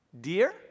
Dear